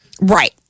Right